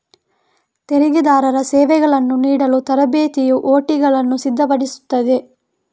ತೆರಿಗೆದಾರರ ಸೇವೆಗಳನ್ನು ನೀಡಲು ತರಬೇತಿಯು ಒ.ಟಿಗಳನ್ನು ಸಿದ್ಧಪಡಿಸುತ್ತದೆ